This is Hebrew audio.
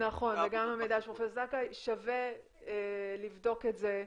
נכון, שווה לבדוק את זה,